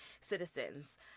citizens